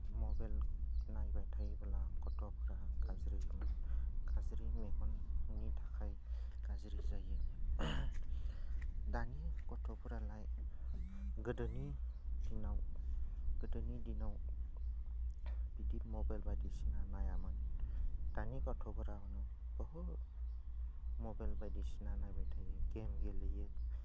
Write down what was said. mobile नायबाय थायोब्ला गथ'फोरा गाज्रि मोनो गाज्रि मेगननि थाखाय गाज्रि जायो दानि गथ'फोरालाय गोदोनि दिनाव गोदोनि दिनाव बिदि मबाइल बायदिसिना नायामोन दानि गथ'फोरानो बहुत मबाइल बायदिसिना नायबाय थायो गेम गेलेयो